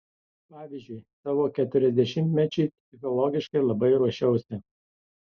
pavyzdžiui savo keturiasdešimtmečiui psichologiškai labai ruošiausi